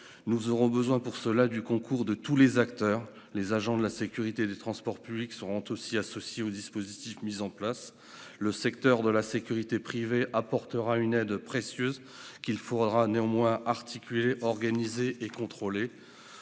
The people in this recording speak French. Nous aurons besoin du concours de tous les acteurs. Les agents de sécurité des transports publics seront aussi associés au dispositif. La sécurité privée apportera une aide précieuse, qu'il faudra néanmoins articuler, organiser et contrôler.